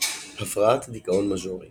הפרעת דיכאון מז'ורי